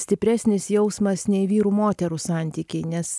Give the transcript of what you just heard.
stipresnis jausmas nei vyrų moterų santykiai nes